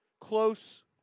close